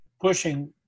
pushing